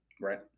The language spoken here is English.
Right